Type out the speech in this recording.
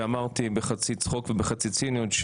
ואמרתי בחצי צחוק ובחצי ציניות,